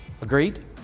Agreed